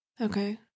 Okay